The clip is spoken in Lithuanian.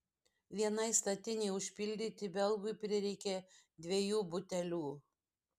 vienai statinei užpildyti belgui prireikė dviejų butelių